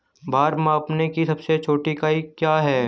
भार मापने की सबसे छोटी इकाई क्या है?